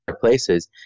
places